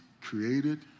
created